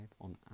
on